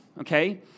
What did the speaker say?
okay